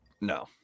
No